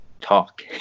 talk